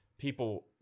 people